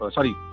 Sorry